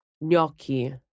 gnocchi